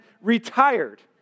retired